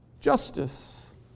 justice